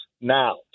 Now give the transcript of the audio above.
now